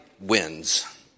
wins